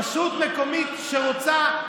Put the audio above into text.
רשות מקומית שרוצה,